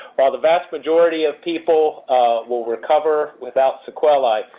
while the vast majority of people will recover without sequalae,